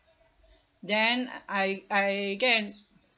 then I I can